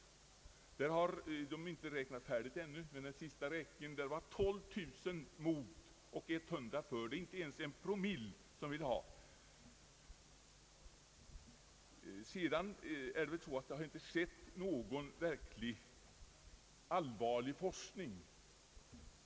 Undersökningen är inte slutförd ännu, men i den senaste räkningen var det 12 000 mot och 100 för. Det är inte ens en procent som vill ha saltning. Det har inte skett någon verklig forskning.